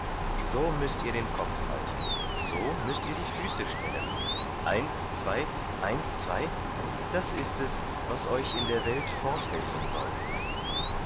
so müßt ihr den kopf halten so müßt ihr die füße stellen eins zwei eins zwei das ist es was euch in der welt forthelfen soll